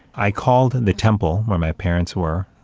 i called the temple where my parents were,